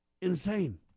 insane